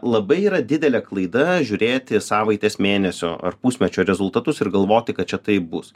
labai yra didelė klaida žiūrėti savaitės mėnesio ar pusmečio rezultatus ir galvoti kad čia taip bus